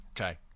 Okay